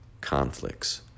conflicts